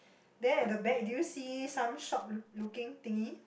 then at the back do you see some shop loo~ looking thingy